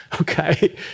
Okay